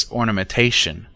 ornamentation